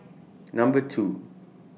Number two